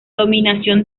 dominación